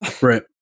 right